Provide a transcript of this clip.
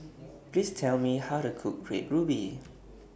Please Tell Me How to Cook Red Ruby